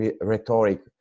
rhetoric